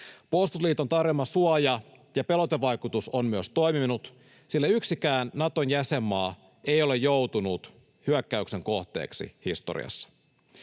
Puolustusliiton tarjoama suoja ja pelotevaikutus on myös toiminut, sillä yksikään Naton jäsenmaa ei ole joutunut hyökkäyksen kohteeksi historiassa.